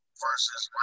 versus